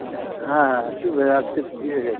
হ্যাঁ হ্যাঁ একটু এই আজকে ভিড় হয়ে গেছে